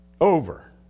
over